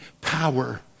power